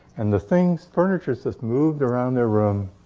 and the things furniture just moved around the room,